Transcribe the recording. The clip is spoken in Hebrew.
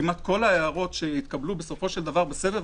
כמעט כל ההערות שהתקבלו בסופו של דבר בסבב